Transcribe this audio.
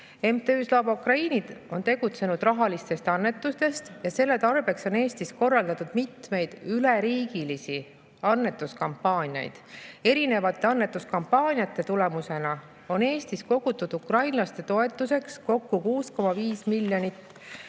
MTÜ Slava Ukraini on tegutsenud rahalistest annetustest, selle tarbeks on Eestis korraldatud mitmeid üleriigilisi annetuskampaaniaid. Annetuskampaaniate tulemusena on Eestis kogutud ukrainlaste toetuseks kokku 6,5 miljonit